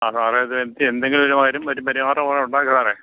ആ സാറെ അത് എനിക്ക് എന്തെങ്കിലുവൊരു വരും വരു പരിഹാരമാർഗം ഉണ്ടാക്ക് സാറെ